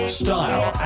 style